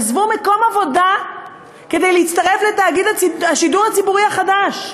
הם עזבו מקום עבודה כדי להצטרף לתאגיד השידור הציבורי החדש.